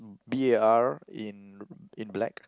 B_A_R in in black